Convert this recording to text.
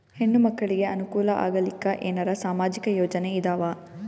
ಹೆಣ್ಣು ಮಕ್ಕಳಿಗೆ ಅನುಕೂಲ ಆಗಲಿಕ್ಕ ಏನರ ಸಾಮಾಜಿಕ ಯೋಜನೆ ಇದಾವ?